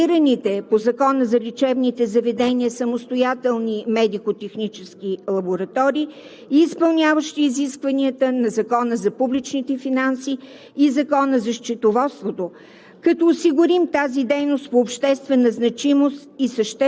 е да регулираме същите и при зъботехниците в регулираните от Закона за лечебните заведения самостоятелни медико-технически лаборатории, изпълняващи изискванията на Закона за публичните финанси и Закона за счетоводството,